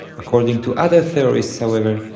according to other theorists however,